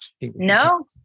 No